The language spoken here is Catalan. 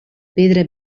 pedra